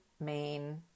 main